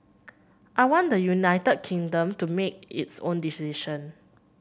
I want the United Kingdom to make its own decision